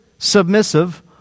Submissive